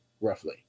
roughly